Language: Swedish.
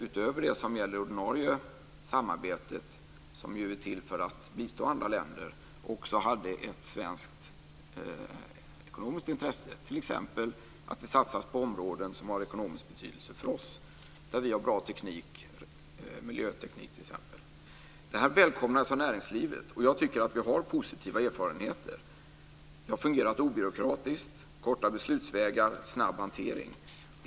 Utöver det som gäller det ordinarie samarbetet, som ju är till för att bistå andra länder, hade vi också ett svenskt ekonomiskt intresse, t.ex. att det satsas på områden som har ekonomisk betydelse för oss, där vi har bra teknik, bl.a. Det här välkomnades av näringslivet, och jag tycker att vi har positiva erfarenheter. Det har fungerat obyråkratiskt, med korta beslutsvägar och snabb hantering.